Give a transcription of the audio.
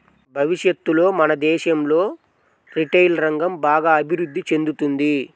భవిష్యత్తులో మన దేశంలో రిటైల్ రంగం బాగా అభిరుద్ధి చెందుతుంది